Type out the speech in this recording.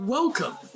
Welcome